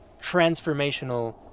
transformational